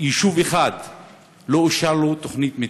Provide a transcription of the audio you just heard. יישוב אחד לא אושרה לו תוכנית מתאר,